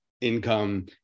income